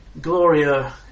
Gloria